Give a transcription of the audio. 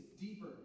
deeper